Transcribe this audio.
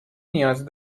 نیاز